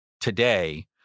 today